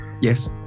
Yes